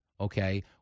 okay